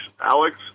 Alex